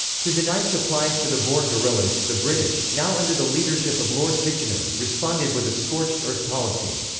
to deny supplies to the boer guerrillas, the british, now under the leadership of lord kitchener, responded with a scorched earth policy.